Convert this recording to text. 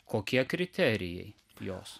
kokie kriterijai jos